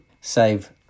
save